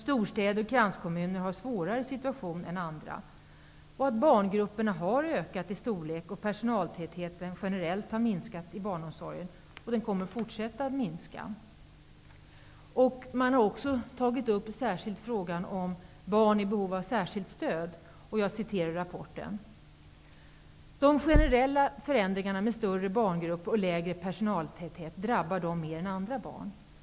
Storstäder och kranskommuner har en svårare situation än andra områden. Barngruppernas storlek har ökat. Personaltätheten har generellt minskat i barnomsorgen, och den kommer att fortsätta att minska. Man har också tagit upp frågan om barn med behov av särskilt stöd. I rapporten sägs: De generella förändringarna med större barngrupp och lägre personaltäthet drabbar dem mer än andra barn.